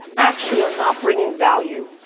actually are not bringing value,